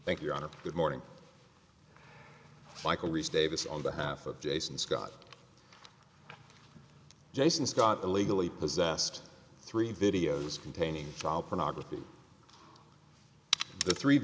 thank you ana good morning michael reece davis on behalf of jason scott jason scott illegally possessed three videos containing child pornography the three